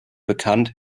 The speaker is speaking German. bekannt